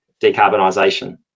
decarbonisation